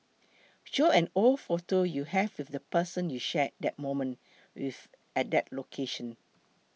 show an old photo you have with the person you shared that moment with at that location